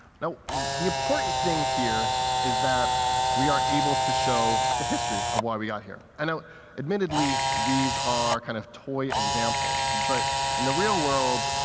now the important thing here is that we are able to show the history of why we got here. and admittedly, these are kind of toy examples. but in the real world,